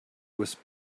was